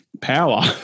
power